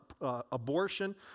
abortion